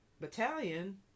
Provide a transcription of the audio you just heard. Battalion